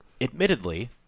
admittedly